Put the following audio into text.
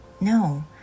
No